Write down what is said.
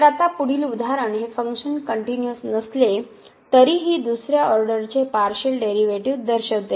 तर आता पुढील उदाहरण हे फंक्शन कनटिन्यूअस नसले तरीही दुसऱ्या ऑर्डर चे पार्शिअल डेरीवेटीव दर्शविते